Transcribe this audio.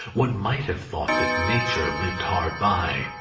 one might have thought that nature lived hard by,